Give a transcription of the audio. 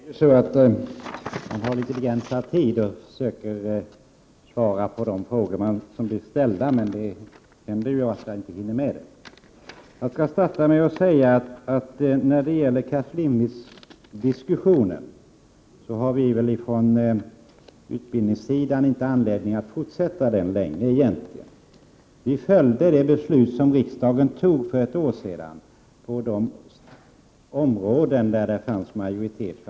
Herr talman! Vi har litet begränsad tid för att försöka besvara de frågor som blir ställda, och det händer att jag inte hinner med. Vi från utbildningssidan har väl egentligen inte anledning att fortsätta diskussionen om cash limit-principen. Vi följde det beslut som riksdagen fattade för ett år sedan på de områden där det fanns majoritet.